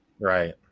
Right